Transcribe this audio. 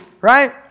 right